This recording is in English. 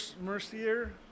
Mercier